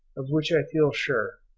of which i feel sure,